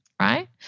right